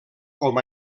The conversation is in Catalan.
com